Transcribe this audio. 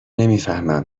نمیفهمم